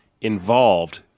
involved